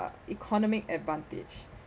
economic advantage